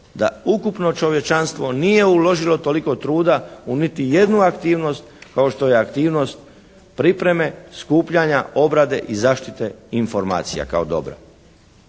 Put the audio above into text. da ukupno čovječanstvo nije uložilo toliko truda u niti jednu aktivnost kao što je aktivnost pripreme, skupljanja, obrade i zaštite informacija kao dobra.